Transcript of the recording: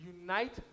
Unite